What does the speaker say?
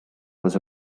was